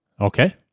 Okay